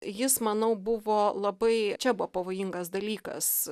jis manau buvo labai čia buvo pavojingas dalykas